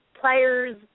players